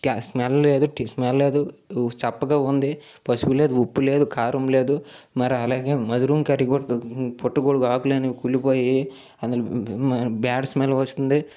smell లేదు smell లేదు చప్పగా ఉంది పసుపు లేదు ఉప్పు లేదు కారం లేదు మరి అలాగే మస్రూమ్ కర్రీ కూడా పుట్టగొడుగు ఆకులు అనేవి కుళ్ళిపోయాయి బ్యాడ్ స్మెల్ వస్తుంది